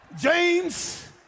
James